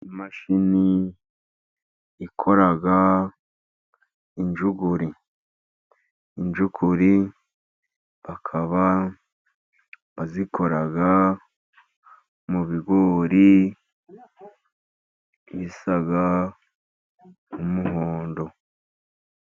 Imashini ikora injugu, injugu bakaba bazikora mu bigori bisa nk’umuhondo.